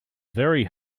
very